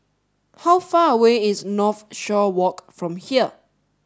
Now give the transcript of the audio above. how far away is Northshore Walk from here